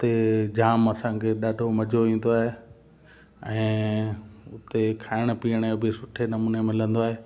त उते जाम असांखे ॾाढो मज़ो ईंदो आहे ऐं उते खाइण पीअण जो बि सुठे नमूने मिलंदो आहे